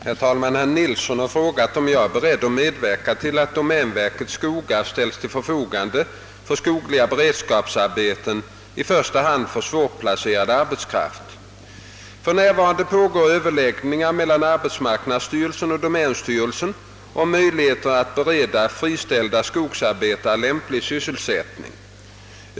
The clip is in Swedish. Herr talman! Herr Nilsson i Tvärålund har frågat, om jag är beredd att medverka till att domänverkets skogar ställs till förfogande för skogliga beredskapsarbeten, i första hand för svårplacerad arbetskraft. För närvarande pågår överläggningar mellan arbetsmarknadsstyrelsen och domänstyrelsen om möjligheterna att bereda friställda skogsarbetare lämplig sysselsättning.